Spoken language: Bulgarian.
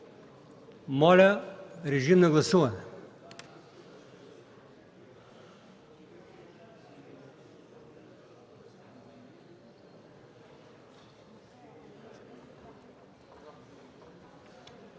Моля, режим на гласуване.